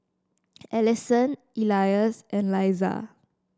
Allyson Elias and Leisa